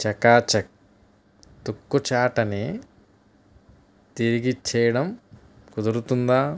చకా చక్ తుక్కు చాటని తిరిగిచ్చేయడం కుదురుతుందా